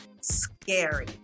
scary